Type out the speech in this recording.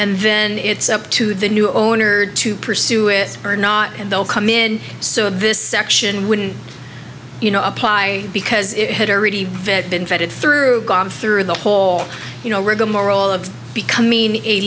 and then it's up to the new owner to pursue it or not and they'll come in so this section wouldn't you know apply because it had already been vetted through gone through the whole you know rigamarole of becoming a